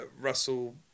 Russell